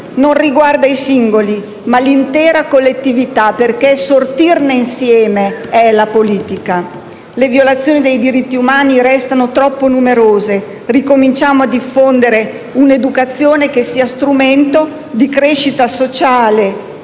non riguarda i singoli, ma l'intera collettività perché sortirne insieme è la politica. Le violazioni dei diritti umani restano troppo numerose. Ricominciamo a diffondere un'educazione che sia strumento di crescita sociale,